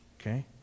Okay